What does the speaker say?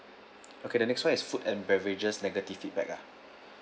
okay the next one is food and beverages negative feedback ah